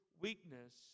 weakness